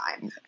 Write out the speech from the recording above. time